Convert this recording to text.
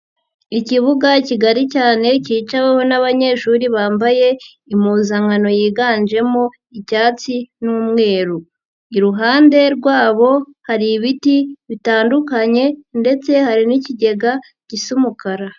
Ikibuga kigari cyane cyicaweho n'abanyeshuri bambaye impuzankano yiganjemo icyatsi n'umweru, iruhande rwabo hari ibiti bitandukanye ndetse hari n'ikigega gisu umukara.